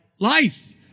Life